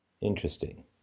Interesting